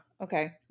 okay